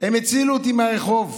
הם הצילו אותי מהרחוב.